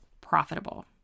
profitable